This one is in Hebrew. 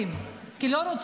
כי לא מתאים,